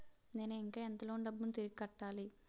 నేను ఇంకా ఎంత లోన్ డబ్బును తిరిగి కట్టాలి?